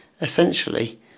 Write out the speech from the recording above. Essentially